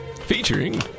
featuring